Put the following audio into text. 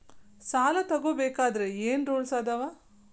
ಸಾಲ ತಗೋ ಬೇಕಾದ್ರೆ ಏನ್ ರೂಲ್ಸ್ ಅದಾವ?